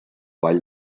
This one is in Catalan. vall